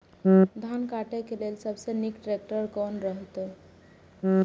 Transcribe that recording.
धान काटय के लेल सबसे नीक ट्रैक्टर कोन रहैत?